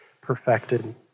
perfected